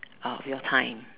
of your time